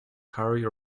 harry